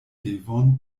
devon